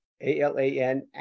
A-L-A-N